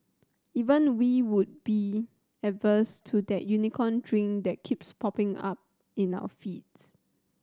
even we would be averse to that Unicorn Drink that keeps popping up in our feeds